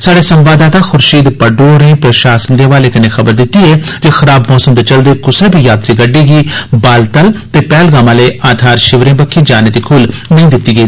स्हाड़े संवाददाता खुर्शीद पडरू होरें प्रशासन दे हवाले कन्नै खबर दित्ती ऐ जे खराब मौसम दे चलदे कुसै बी यात्री गड्डी गी बालतल ते पैहलगाम आले आघार शिविरें बक्खी जाने दी खुल्ल नेंई दित्ती जाग